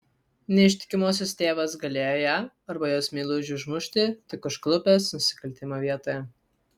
neištikimosios tėvas galėjo ją arba jos meilužį užmušti tik užklupęs nusikaltimo vietoje